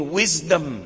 wisdom